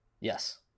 Yes